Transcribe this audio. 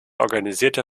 organisierte